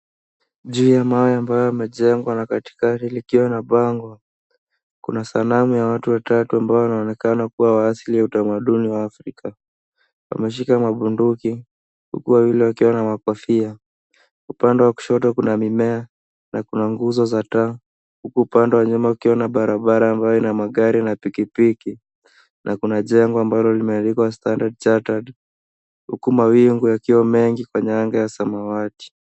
Juu ya mawe ambayo yamejengwa na katikati likiwa na bango kuna sanamu ya watu watatu ambao wanaonekana kuwa waasili au utamaduni wa Afrika. Wameshika mabunduki huku wawili wakiwa na makofia. Upande wa kushoto kuna mimea na kuna nguzo za taa huku upande wa nyuma ukiona barabara ambayo ina magari na pikipiki na kuna jengo ambalo limeandikwa Standard Chartered huku mawingu yakiwa mengi kwenye anga ya samawati.